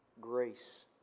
grace